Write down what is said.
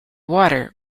water